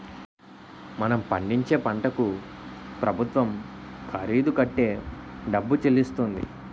మనం పండించే పంటకు ప్రభుత్వం ఖరీదు కట్టే డబ్బు చెల్లిస్తుంది